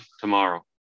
tomorrow